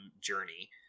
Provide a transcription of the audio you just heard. journey